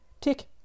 tick